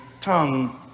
tongue